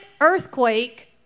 earthquake